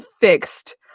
fixed